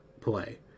play